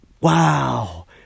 Wow